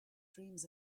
dreams